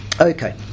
Okay